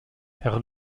herr